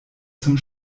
zum